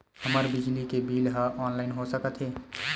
हमर बिजली के बिल ह ऑनलाइन हो सकत हे?